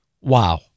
Wow